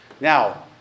Now